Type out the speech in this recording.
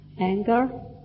anger